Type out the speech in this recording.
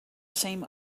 same